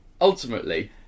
ultimately